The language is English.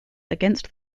against